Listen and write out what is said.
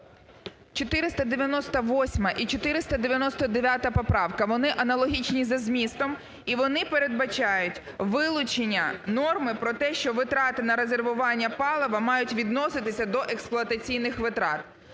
498і 499 поправки, вони аналогічні за змістом, і вони передбачають вилучення норми про те, що витрати на резервування палива мають відноситися до експлуатаційних витрат.